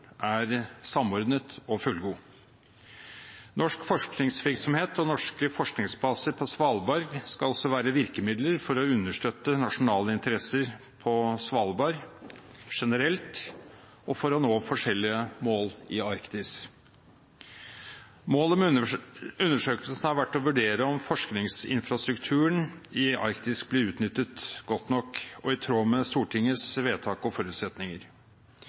er samordnet og fullgod. Norsk forskningsvirksomhet og norske forskningsbaser på Svalbard skal også være virkemidler for å understøtte nasjonale interesser på Svalbard generelt og for å nå forskjellige mål i Arktis. Målet med undersøkelsen har vært å vurdere om forskningsinfrastrukturen i Arktis blir utnyttet godt nok og i tråd med Stortingets vedtak og forutsetninger.